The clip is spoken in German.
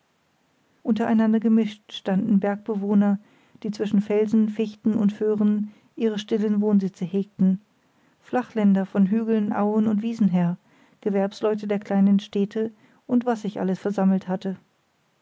untereinander gemischt standen bergbewohner die zwischen felsen fichten und föhren ihre stillen wohnsitze hegten flachländer von hügeln auen und wiesen her gewerbsleute der kleinen städte und was sich alles versammelt hatte